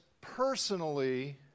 personally